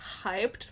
hyped